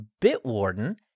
Bitwarden